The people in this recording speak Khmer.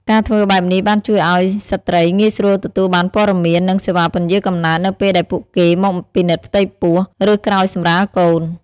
ការធ្វើបែបនេះបានជួយឲ្យស្ត្រីងាយស្រួលទទួលបានព័ត៌មាន និងសេវាពន្យារកំណើតនៅពេលដែលពួកគេមកពិនិត្យផ្ទៃពោះ ឬក្រោយសម្រាលកូន។